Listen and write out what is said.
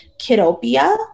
Kidopia